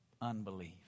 Unbelief